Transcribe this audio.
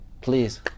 Please